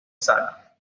sara